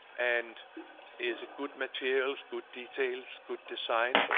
and is it good materials, good details, good design?